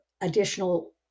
additional